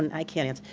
and i can't answer